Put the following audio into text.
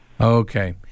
Okay